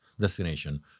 destination